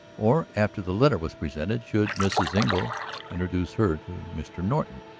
or, after the letter was presented, should mrs. engle introduce her to mr. norton?